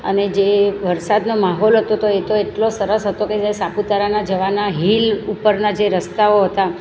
અને જે વરસાદનો માહોલ હતો તો એતો એટલો સરસ હતો કે જે સાપુતારાના જવાના હિલ ઉપરના જે રસ્તાઓ હતા